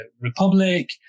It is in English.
Republic